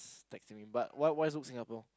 texting me but what what is there to do Singapore